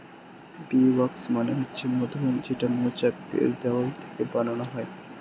bee wax মানে হচ্ছে মধুমোম যেইটা মৌচাক এর দেওয়াল থেকে বানানো হয়